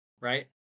right